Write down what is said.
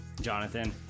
Jonathan